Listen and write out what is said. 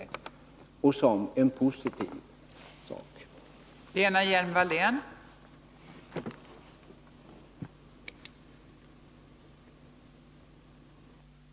De kommer att tycka att detta är en positiv sak.